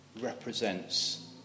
represents